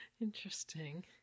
interesting